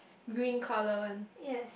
doing colour one